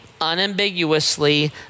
unambiguously